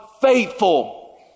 faithful